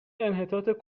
انحطاط